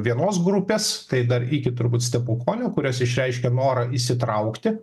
vienos grupės tai dar iki turbūt stepukonio kurios išreiškė norą įsitraukti